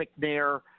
McNair